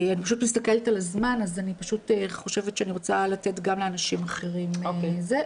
אני חושבת שאני רוצה לתת גם לאנשים אחרים שידברו.